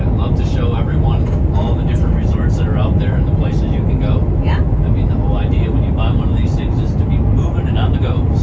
love to show everyone all the different resorts that are out there and the places you can go. yeah. i mean the whole idea when you're buying one of these things is to be moving and on the go.